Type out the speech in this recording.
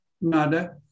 Nada